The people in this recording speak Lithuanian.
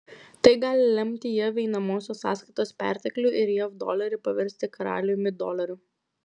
tai gali lemti jav einamosios sąskaitos perteklių ir jav dolerį paversti karaliumi doleriu